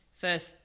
first